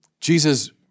Jesus